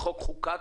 החוק נחקק,